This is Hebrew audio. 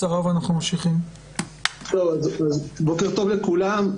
בוקר טוב לכולם,